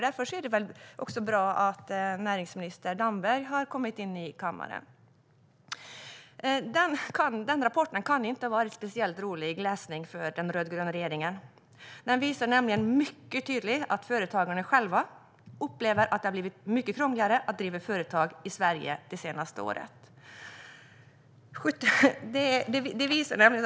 Därför är det bra att också näringsminister Damberg nu har kommit in i kammaren. Rapporten kan inte ha varit speciellt rolig läsning för den rödgröna regeringen. Den visar nämligen mycket tydligt att företagarna själva upplever att det har blivit mycket krångligare att driva företag i Sverige det senaste året.